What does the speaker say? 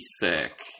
thick